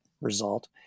result